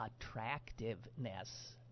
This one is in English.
attractiveness